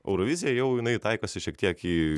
eurovizija jau jinai taikosi šiek tiek į